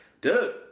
dude